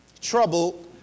Trouble